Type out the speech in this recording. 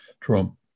Trump